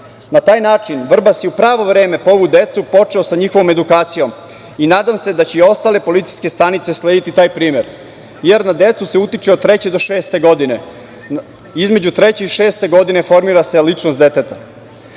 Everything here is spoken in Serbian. Na taj način Vrbas je u pravo vreme po ovu decu počeo sa njihovom edukacijom. Nadam se da će i ostale policijske stanice slediti taj primer, jer na decu se utiče od treće do šeste godine. Između treće i šeste godine formira se ličnost deteta. Kada